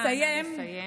נא לסיים.